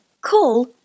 Call